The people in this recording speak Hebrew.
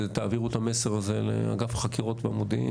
זה תעבירו את המסר הזה לאגף החקירות והמודיעין